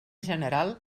general